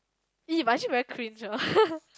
!eee! but actually very cringe ah